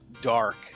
dark